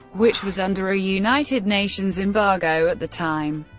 which was under a united nations embargo at the time.